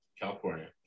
California